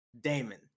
Damon